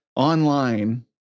Online